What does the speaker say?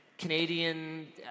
Canadian